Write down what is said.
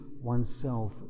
oneself